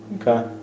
Okay